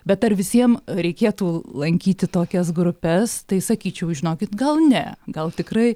bet ar visiem reikėtų lankyti tokias grupes tai sakyčiau žinokit gal ne gal tikrai